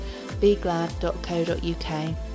beglad.co.uk